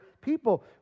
people